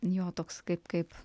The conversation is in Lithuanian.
jo toks kaip kaip